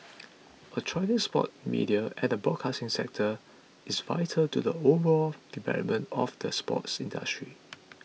a thriving sports media and broadcasting sector is vital to the overall development of the sports industry